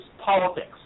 politics